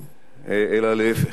אלא להיפך.